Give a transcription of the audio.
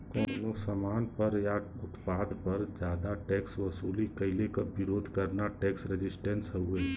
कउनो सामान पर या उत्पाद पर जादा टैक्स वसूल कइले क विरोध करना टैक्स रेजिस्टेंस हउवे